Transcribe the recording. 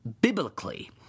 biblically